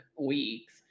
weeks